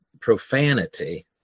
profanity